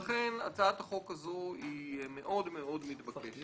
לכן הצעת החוק הזאת היא מאוד מתבקשת.